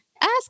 ask